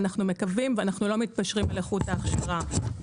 ואנחנו מקווים ולא מתפשרים על איכות ההכשרה.